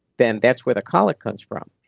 then that's where the colic comes from.